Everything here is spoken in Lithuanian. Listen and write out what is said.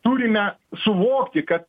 turime suvokti kad